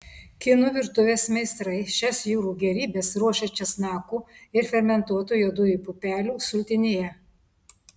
kinų virtuvės meistrai šias jūrų gėrybes ruošia česnakų ir fermentuotų juodųjų pupelių sultinyje